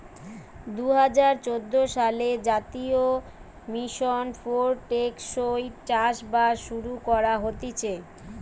দুই হাজার চোদ্দ সালে জাতীয় মিশন ফর টেকসই চাষবাস শুরু করা হতিছে